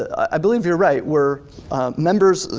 i believe you're right, were members,